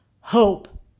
hope